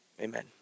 amen